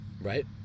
Right